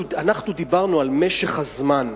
אנחנו דיברנו על משך הזמן.